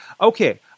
okay